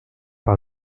par